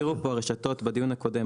הסבירו פה הרשתות בדיון הקודם.